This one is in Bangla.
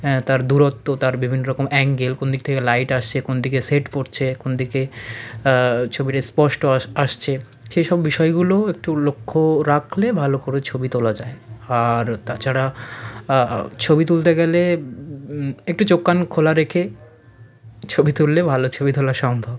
হ্যাঁ তার দূরত্ব তার বিভিন্ন রকম অ্যাঙ্গেল কোন দিক থেকে লাইট আসছে কোন দিকে শেড পড়ছে কোন দিকে ছবিটা স্পষ্ট আসছে সেই সব বিষয়গুলো একটু লক্ষ্য রাখলে ভালো করে ছবি তোলা যায় আর তাছাড়া ছবি তুলতে গেলে একটু চোখ কান খোলা রেখে ছবি তুললে ভালো ছবি তোলা সম্ভব